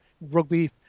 rugby